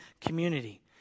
community